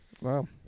Wow